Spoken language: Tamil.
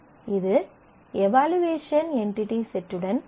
இது எவலுயேசன் என்டிடி செட்டுடன் இணைக்கிறது